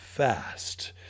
fast